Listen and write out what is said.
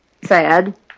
sad